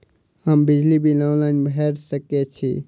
हम बिजली bill online भैर सकै छी?